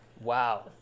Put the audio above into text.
Wow